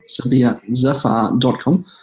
SabiaZafar.com